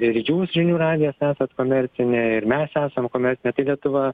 ir jūs žinių radijas esat komercinė ir mes esam komercinė tai lietuva